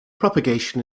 propagation